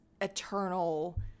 eternal